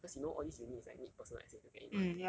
cause you know all these uni is like need personal essay to get in [one]